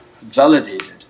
validated